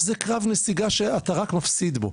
זה קו נסיגה שאתה רק מפסיד בו,